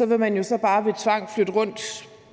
ville man jo bare ved tvang flytte rundt